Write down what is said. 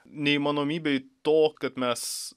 neįmanomybei to kad mes